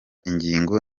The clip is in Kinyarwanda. ingingo